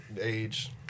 age